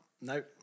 no